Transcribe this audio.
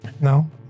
No